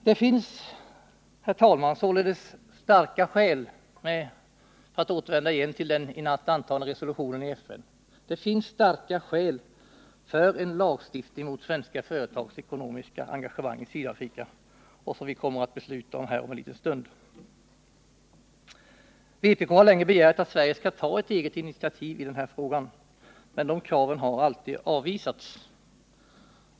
Det finns, herr talman, således starka skäl — för att återvända till den i natt antagna resolutionen i FN — för en lagstiftning mot svenska företags ekonomiska engagemang i Sydafrika, som vi kommer att fatta beslut om här om en liten stund. Vpk har länge begärt att Sverige skall ta ev eget initiativ i denna fråga, men våra krav har alltid avvisats.